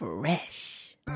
Fresh